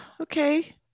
okay